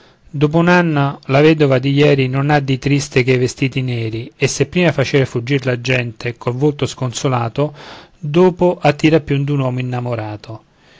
dopo un anno la vedova di ieri non ha di triste che i vestiti neri e se prima facea fuggir la gente col volto sconsolato dopo attira più d'uno innamorato